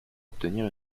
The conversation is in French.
obtenir